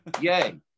Yay